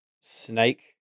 snake